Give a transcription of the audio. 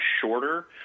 shorter